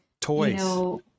toys